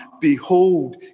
Behold